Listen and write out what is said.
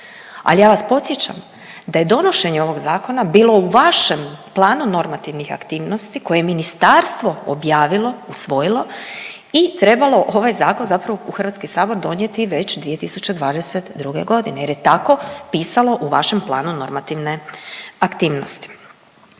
Ali ja vas podsjećam da je donošenje ovog Zakona bilo u vašem planu normativnih aktivnosti koje je ministarstvo objavilo, usvojilo i trebalo ovaj Zakon zapravo u HS donijeti već 2022. g. jer je tako pisalo u vašem planu normativne aktivnosti.